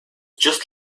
just